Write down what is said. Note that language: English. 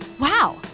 Wow